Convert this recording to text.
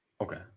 Okay